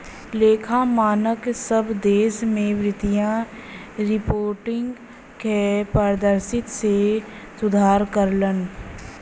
लेखा मानक सब देश में वित्तीय रिपोर्टिंग क पारदर्शिता में सुधार करलन